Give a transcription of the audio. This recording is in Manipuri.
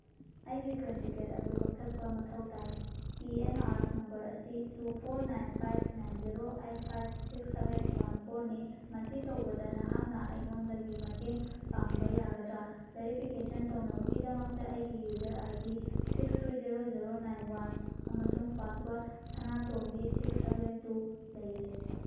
ꯑꯩꯒꯤ ꯇ꯭ꯔꯦꯟ ꯇꯤꯛꯀꯦꯠ ꯑꯗꯨ ꯀꯛꯊꯠꯄ ꯃꯊꯧ ꯇꯥꯏ ꯄꯤ ꯑꯦꯟ ꯑꯥꯔ ꯅꯝꯕꯔ ꯑꯁꯤ two four nine five nine zero eight five six seven one ꯐꯣꯔꯅꯤ ꯃꯁꯤ ꯇꯧꯕꯗ ꯅꯍꯥꯛꯅ ꯑꯩꯉꯣꯟꯗꯒꯤ ꯃꯇꯦꯡ ꯄꯥꯡꯕ ꯌꯥꯒꯗ꯭ꯔ ꯚꯦꯔꯤꯐꯤꯀꯦꯁꯟ ꯇꯧꯅꯕꯒꯤꯗꯃꯛꯇ ꯑꯩꯒꯤ user I D six three zero zero nine one ꯑꯃꯁꯨꯡ ꯄꯥꯁꯋꯥꯠ ꯁꯅꯥꯇꯣꯝꯕꯤ ꯁꯤꯛꯁ ꯁꯚꯦꯟ ꯇꯨ ꯂꯩꯔꯦ